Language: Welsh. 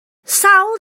sawl